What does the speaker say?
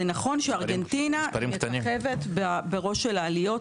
זה נכון שארגנטינה מככבת בראש העליות.